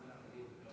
קבוצת סיעת יהדות